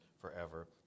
forever